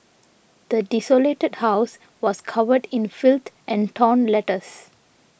the desolated house was covered in filth and torn letters